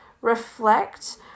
reflect